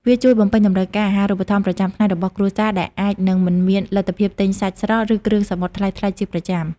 វាជួយបំពេញតម្រូវការអាហារូបត្ថម្ភប្រចាំថ្ងៃរបស់គ្រួសារ ដែលអាចនឹងមិនមានលទ្ធភាពទិញសាច់ស្រស់ ឬគ្រឿងសមុទ្រថ្លៃៗជាប្រចាំ។